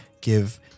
give